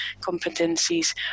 competencies